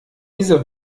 diese